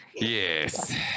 Yes